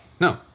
No